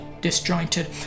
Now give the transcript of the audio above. disjointed